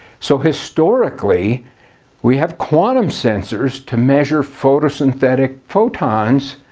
so historically we have quantum sensors to measure photosynthetic photons,